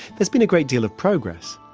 there's been a great deal of progress.